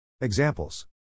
Examples